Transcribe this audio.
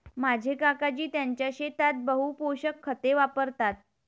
माझे काकाजी त्यांच्या शेतात बहु पोषक खते वापरतात